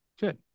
good